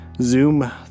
Zoom